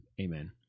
Amen